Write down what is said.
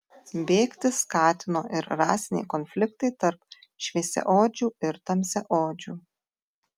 bėgti skatino ir rasiniai konfliktai tarp šviesiaodžių ir tamsiaodžių